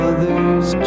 Others